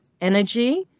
energy